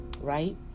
right